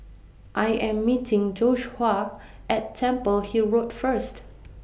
I Am meeting Joshuah At Temple Hill Road First